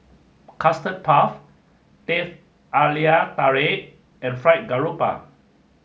Custard Puff Teh Halia Tarik and Fried Garoupa